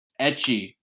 etchy